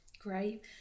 Great